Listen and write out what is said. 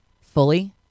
fully